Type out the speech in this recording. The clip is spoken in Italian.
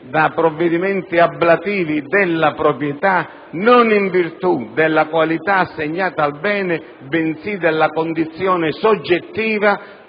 da provvedimenti ablativi della proprietà, non in virtù della qualità assegnata al bene bensì della condizione soggettiva